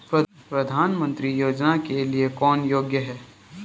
प्रधानमंत्री योजना के लिए कौन योग्य है?